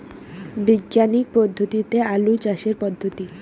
বিজ্ঞানিক পদ্ধতিতে আলু চাষের পদ্ধতি?